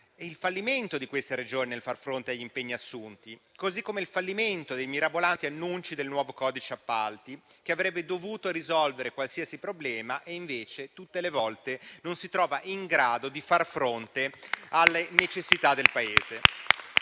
prima dalla collega, nel far fronte agli impegni assunti, come il fallimento dei mirabolanti annunci del nuovo codice degli appalti, che avrebbe dovuto risolvere qualsiasi problema, mentre tutte le volte non si trova in grado di far fronte alle necessità del Paese.